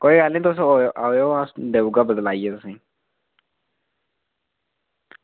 कोई निं तुस आयो में देई ओड़गा बदलाइयै तुसेंगी